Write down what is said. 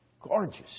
Gorgeous